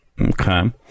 Okay